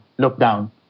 lockdown